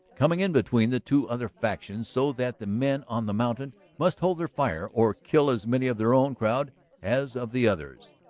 coming in between the two other factions so that the men on the mountain must hold their fire or kill as many of their own crowd as of the others.